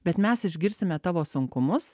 bet mes išgirsime tavo sunkumus